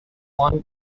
long